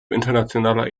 internationaler